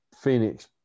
Phoenix